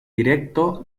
directo